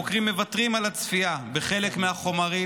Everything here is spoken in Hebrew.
במקרים רבים החוקרים מוותרים על הצפייה בחלק מהחומרים,